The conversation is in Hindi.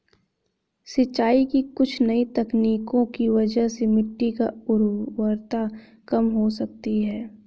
सिंचाई की कुछ नई तकनीकों की वजह से मिट्टी की उर्वरता कम हो सकती है